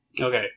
okay